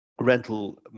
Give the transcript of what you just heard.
Rental